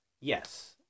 Yes